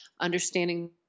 understanding